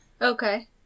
Okay